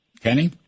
Kenny